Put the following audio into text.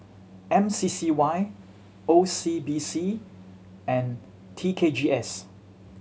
M C C Y O C B C and T K G S